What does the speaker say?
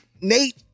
Nate